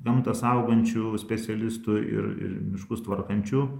gamtą saugančių specialistų ir ir miškus tvarkančių